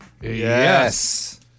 Yes